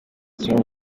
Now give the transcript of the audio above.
kimwe